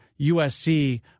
USC